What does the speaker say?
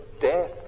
death